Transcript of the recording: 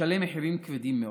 לשלם מחירים כבדים מאוד.